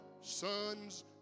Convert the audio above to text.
sons